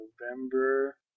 November